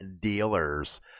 dealers